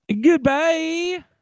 Goodbye